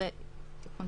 זאת אומרת